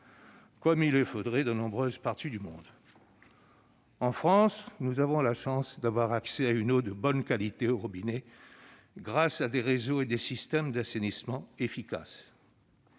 comme il le faudrait dans de nombreuses parties du monde. En France, nous avons la chance d'avoir accès à une eau de bonne qualité au robinet grâce à des réseaux et des systèmes d'assainissement efficaces.